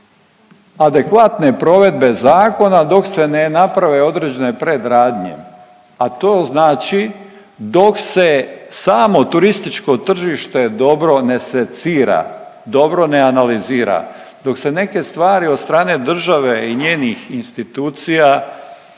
adekvatne provedbe zakona dok se ne naprave određene predradnje, a to znači dok se samo turističko tržište dobro ne secira, dobro ne analizira dok se neke stvari od strane države i njenih institucija